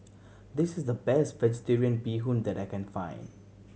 this is the best Vegetarian Bee Hoon that I can find